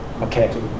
okay